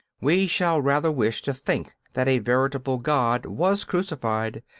we shall rather wish to think that a veritable god was crucified,